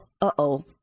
Uh-oh